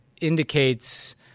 indicates